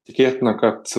tikėtina kad